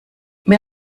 wer